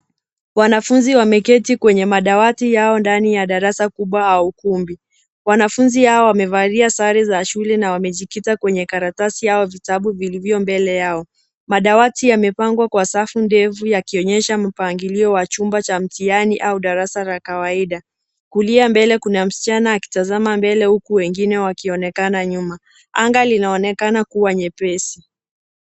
Wanafunzi wameketi kwenye madawati yao, ndani ya darasa kubwa au ukumbi. Wanafunzi hao wamevalia sare za shule na wamejikita kwenye karatasi au vitabu vilivyo mbele yao. Madawati yamepangwa kwa safu ndefu, yakionyesha mpangilio wa chumba cha mtihani au darasa la kawaida. Kulia mbele, kuna msichana akitazama mbele huku wengine wakionekana nyuma. Anga linaonekana kuwa nyepesi.